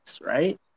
right